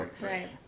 Right